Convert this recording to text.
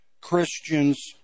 Christians